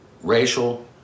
racial